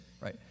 right